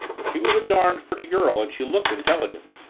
she was a darned pretty girl and she looked intelligent.